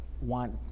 want